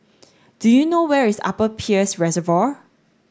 do you know where is Upper Peirce Reservoir